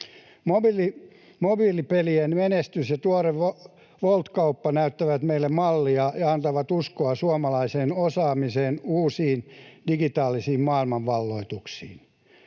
Mobiilipelien menestys ja tuore Wolt-kauppa näyttävät meille mallia ja antavat uskoa suomalaisen osaamisen uusiin digitaalisiin maailmanvalloituksiin.